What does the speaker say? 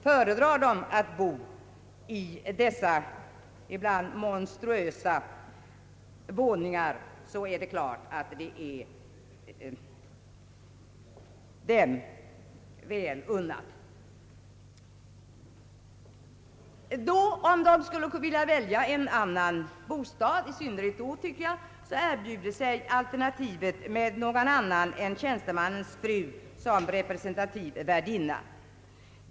Föredrar de att bo i dessa ibland monstruösa våningar bör det vara dem väl unnat. I synnerhet om de skulle få välja en annan bostad erbjuder sig alternativet med någon annan än tjänstemannens fru som representativ värdinna.